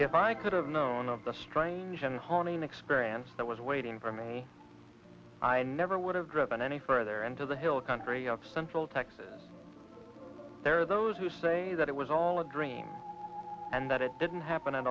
if i could have known of the strange and haunting experience that was waiting for me i never would have driven any further into the hill country of central texas there are those who say that it was all a dream and that it didn't happen at